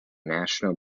national